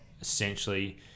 essentially